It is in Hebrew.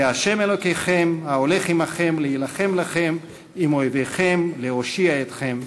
כי ה' אלוקיכם ההולך עמכם להילחם לכם עם אויביכם להושיע אתכם,